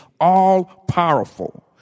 all-powerful